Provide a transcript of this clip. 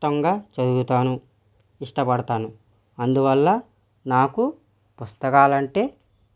ఇష్టంగా చదువుతాను ఇష్టపడతాను అందువల్ల నాకు పుస్తకాలంటే